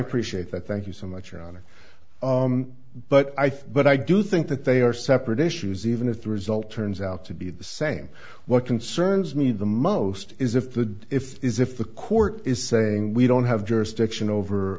appreciate that thank you so much on it but i think but i do think that they are separate issues even if the result turns out to be the same what concerns me the most is if the if is if the court is saying we don't have jurisdiction over